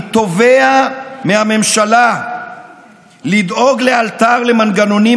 אני תובע מהממשלה לדאוג לאלתר למנגנונים